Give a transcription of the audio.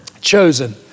chosen